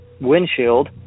windshield